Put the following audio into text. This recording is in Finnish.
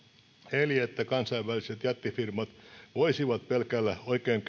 eli sitä että kansainväliset jättifirmat voisivat pelkällä